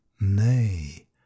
nay